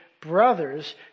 brothers